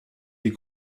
des